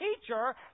teacher